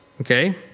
okay